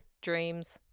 Dreams